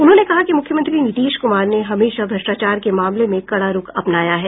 उन्होंने कहा कि मुख्यमंत्री नीतीश कुमार ने हमेशा भ्रष्टाचार के मामले में कड़ा रूख अपनाया है